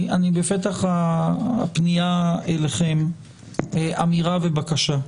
בפתח הפנייה אליכם אמירה ובקשה: